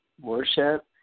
worship